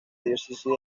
diócesis